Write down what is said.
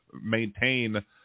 maintain